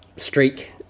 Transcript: Streak